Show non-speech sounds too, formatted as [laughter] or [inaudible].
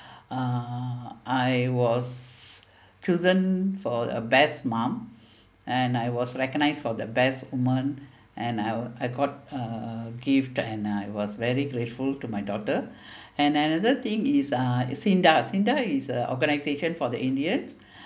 uh I was chosen for best mom and I was recognized for the best woman and I I got a gift and I was very grateful to my daughter [breath] and another thing is uh is sinda sinda is a organization for the indian